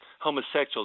homosexuals